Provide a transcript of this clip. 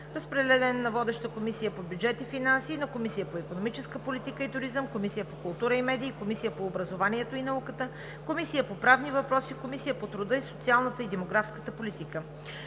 Разпределен е на водещата Комисия по бюджет и финанси, на Комисията по икономическа политика и туризъм, на Комисията по култура и медии, на Комисията по образованието и науката, на Комисията по правни въпроси, на Комисията по труда, социалната и демографската политика.